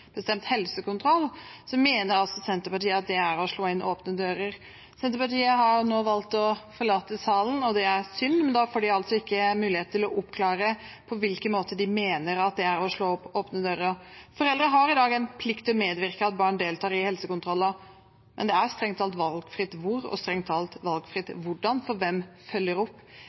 helsekontroll, mener at det er å slå inn åpne dører. Senterpartiet har nå valgt å forlate salen, og det er synd, for da får de ikke mulighet til å oppklare på hvilken måte de mener at det er å slå inn åpne dører. Foreldre har i dag en plikt til å medvirke til at barn deltar i helsekontroller, men det er strengt tatt valgfritt hvor og hvordan det følges opp. Jeg vet at det er enkelte kommuner som er flinke til å følge opp